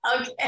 okay